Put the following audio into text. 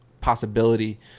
possibility